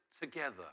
together